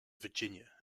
virginia